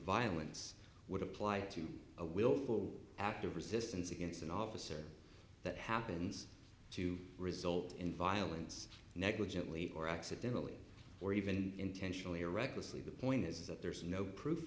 violence would apply to a willful act of resistance against an officer that happens to result in violence negligently or accidentally or even intentionally or recklessly the point is that there is no proof